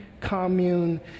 commune